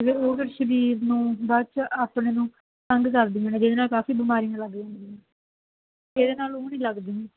ਅਤੇ ਉਹ ਫਿਰ ਸਰੀਰ ਨੂੰ ਬਾਅਦ 'ਚ ਆਪਣੇ ਨੂੰ ਤੰਗ ਕਰਦੀਆਂ ਜਿਹਦੇ ਨਾਲ ਕਾਫੀ ਬਿਮਾਰੀਆਂ ਲੱਗ ਜਾਂਦੀਆਂ ਇਹਦੇ ਨਾਲ ਉਹ ਨਹੀਂ ਲੱਗਦੀਆਂ